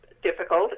difficult